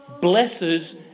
blesses